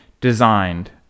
designed